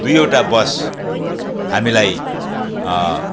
दुइवटा बस हामीलाई